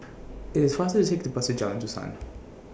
IT IS faster to Take The Bus to Jalan Dusan